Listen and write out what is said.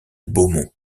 beaumont